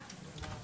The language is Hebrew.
בבקשה.